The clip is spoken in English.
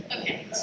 Okay